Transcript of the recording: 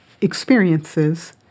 experiences